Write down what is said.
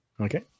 Okay